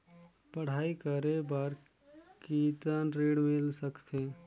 पढ़ाई करे बार कितन ऋण मिल सकथे?